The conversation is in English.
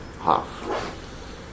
half